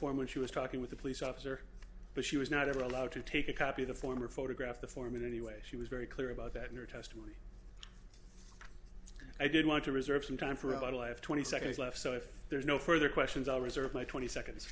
form when she was talking with the police officer but she was not ever allowed to take a copy of the former photograph the form in any way she was very clear about that in her testimony i did want to reserve some time for what i have twenty seconds left so if there's no further questions i'll reserve my twenty seconds